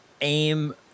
aim